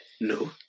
No